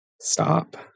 stop